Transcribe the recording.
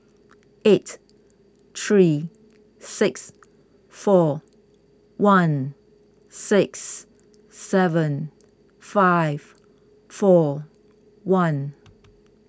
eight three six four one six seven five four one